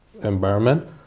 environment